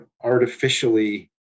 artificially